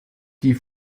die